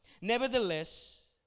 Nevertheless